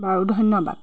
বাৰু ধন্যবাদ